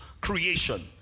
creation